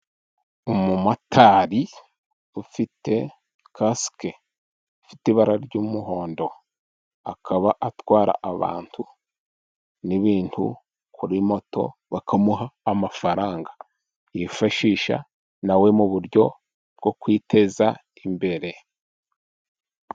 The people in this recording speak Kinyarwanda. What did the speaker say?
Umumotari ufite kasike ifite ibara ry'umuhondo akaba atwara abantu n'ibintu kuri moto, bakamuha amafaranga yifashisha na we mu buryo bwo kwiteza imbere.